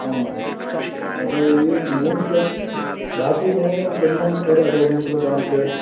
ആണോ അപ്പം ഈ മൂന്ന് സ് ബാക്കി മൂന്ന് സ്വണും എവിടെയാ അപ്പം താമസിച്ചത്